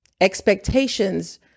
Expectations